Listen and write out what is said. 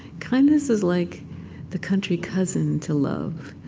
kindness is like the country cousin to love